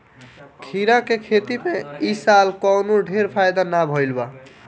खीरा के खेती में इ साल कवनो ढेर फायदा नाइ भइल हअ